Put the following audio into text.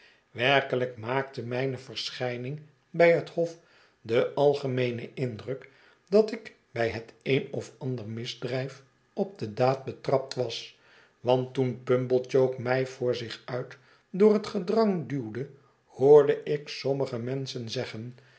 werkehjk maakte mijne verscnijning bij het hof den algemeenen indruk dat ik bij het een of ander misdrijf op de daad betrapt was want toen pumblechook mij voor zicn uit door het gedrang duwde hoorde ik sommige menschen zeggen